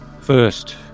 first